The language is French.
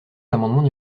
l’amendement